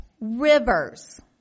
Rivers